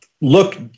look